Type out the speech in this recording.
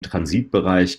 transitbereich